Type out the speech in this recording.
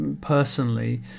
personally